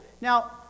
Now